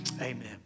amen